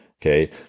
Okay